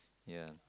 ya